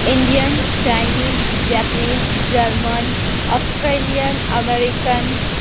Indian Chinese japanese German australian american